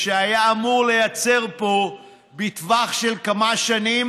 שהיה אמור לייצר פה בטווח של כמה שנים